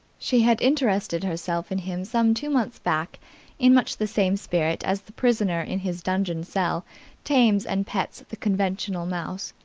she had interested herself in him some two months back in much the same spirit as the prisoner in his dungeon cell tames and pets the conventional mouse.